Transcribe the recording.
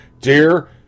Dear